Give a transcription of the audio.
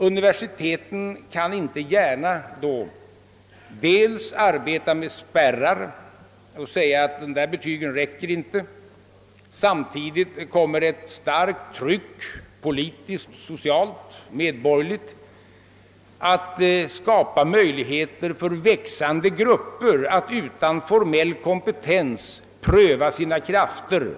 Universiteten kan inte gärna arbeta med spärrar samtidigt som ett starkt politiskt, socialt och medborgerligt tryck skapar möjligheter för växande grupper att utan formell kompetens pröva sina krafter